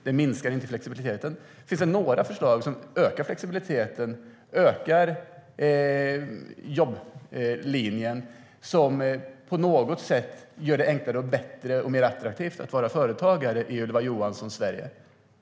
Det minskar inte flexibiliteten. Finns det några förslag som ökar flexibiliteten och jobblinjen och som på något sätt gör det enklare, bättre och mer attraktivt att vara företagare i Ylva Johanssons Sverige?